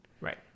Right